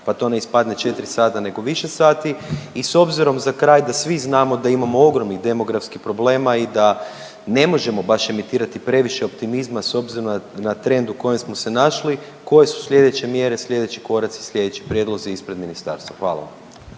pa to ne ispade 4 sata nego više sati. I s obzirom za kraj da svi znamo da imamo ogromnih demografskih problema i da ne možemo baš emitirati previše optimizma s obzirom na trend u kojem smo se našli koje su slijedeće mjere, slijedeći koraci, slijedeći prijedlozi ispred ministarstva? Hvala vam.